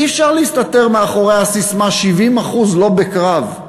אי-אפשר להסתתר מאחורי הססמה: 70% לא בקרב.